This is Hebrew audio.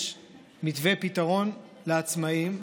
יש מתווה פתרון לעצמאים,